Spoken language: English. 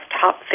Top